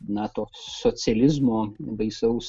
nato socializmo baisaus